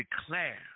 declare